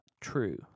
true